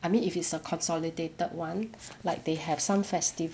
I mean if it's a consolidated [one] like they have some festive